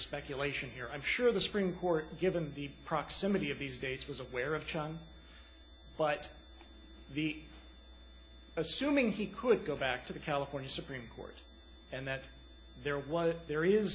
speculation here i'm sure the supreme court given the proximity of these dates was aware of chung but the assuming he could go back to the california supreme court and that there was there is